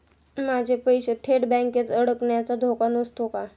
माझे पैसे थेट बँकेत अडकण्याचा धोका नसतो का?